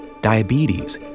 diabetes